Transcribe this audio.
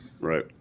Right